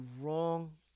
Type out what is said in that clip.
wrong